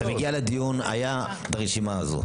הייתה הרשימה הזאת.